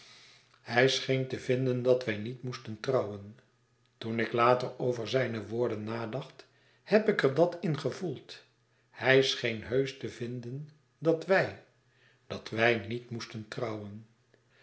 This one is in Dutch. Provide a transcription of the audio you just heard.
hij scheen te vinden dat wij niet moesten trouwen toen ik later over zijne woorden nadacht heb ik er dat in gevoeld hij scheen heusch te vinden dat wij dat wij niet moesten trouwen